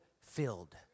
filled